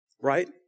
right